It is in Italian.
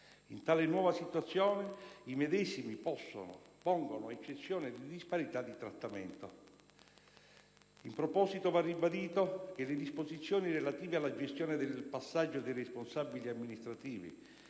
In tale nuova situazione i medesimi pongono eccezione di disparità di trattamento. In proposito va ribadito che le disposizioni relative alla gestione del passaggio dei responsabili amministrativi